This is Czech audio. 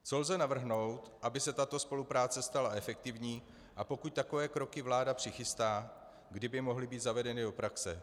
Co lze navrhnout, aby se tato spolupráce stala efektivní, a pokud takové kroky vláda přichystá, kdy by mohly být zavedeny do praxe?